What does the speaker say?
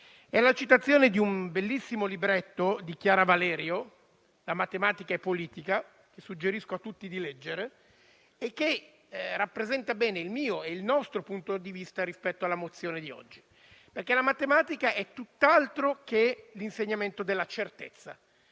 È la citazione di un bellissimo libretto di Chiara Valerio, «La matematica è politica», che suggerisco a tutti di leggere, che rappresenta bene il mio e il nostro punto di vista rispetto alla mozione di oggi. Infatti la matematica è tutt'altro che l'insegnamento della certezza;